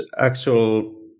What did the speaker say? actual